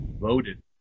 voted